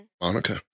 Monica